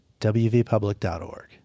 wvpublic.org